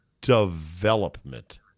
development